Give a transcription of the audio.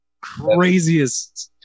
Craziest